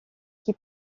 qui